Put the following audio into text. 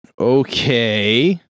okay